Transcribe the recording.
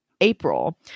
April